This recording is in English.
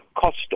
cost